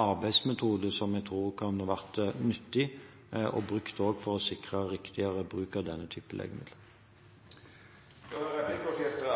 arbeidsmetode som jeg tror kan være nyttig å bruke også for å sikre en riktigere bruk av denne typen legemidler. Då er replikkordskiftet